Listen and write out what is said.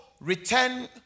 return